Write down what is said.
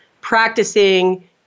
practicing